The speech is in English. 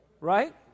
Right